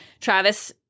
Travis